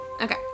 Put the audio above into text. okay